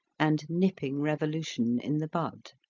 and nipping revolution in the bud.